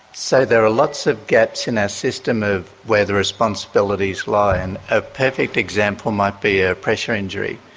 so there are lots of gaps in our system of where the responsibilities lie. and a perfect example might be a pressure injury.